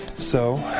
so